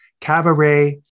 Cabaret